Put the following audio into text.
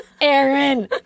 Aaron